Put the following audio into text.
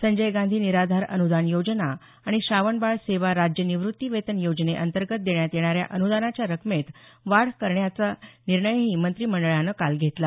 संजय गांधी निराधार अनुदान योजना आणि श्रावण बाळ सेवा राज्य निवृत्ती वेतन योजनेअंतर्गत देण्यात येणाऱ्या अनुदानाच्या रकमेत वाढ करण्यावा मंत्रिमंडळानं काल मान्यता दिली